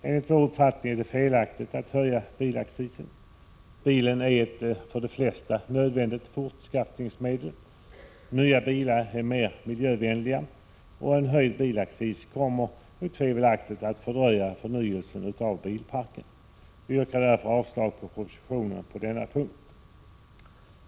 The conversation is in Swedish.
Enligt vår uppfattning är det felaktigt att höja bilaccisen. Bilen är ett för de flesta nödvändigt fortskaffningsmedel. Nya bilar är mer miljövänliga, och en höjd bilaccis kommer otvivelaktigt att fördröja förnyelsen av bilparken. Vi yrkar därför avslag på propositionen på denna punkt.